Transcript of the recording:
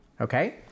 Okay